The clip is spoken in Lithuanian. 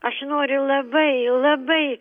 aš noriu labai labai